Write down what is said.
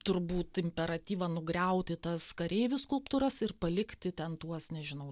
turbūt imperatyvą nugriauti tas kareivių skulptūras ir palikti ten tuos nežinau